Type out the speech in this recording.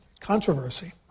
controversy